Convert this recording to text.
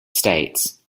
states